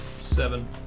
Seven